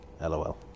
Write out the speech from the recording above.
LOL